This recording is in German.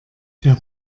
der